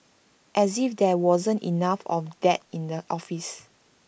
as if there wasn't enough of that in the office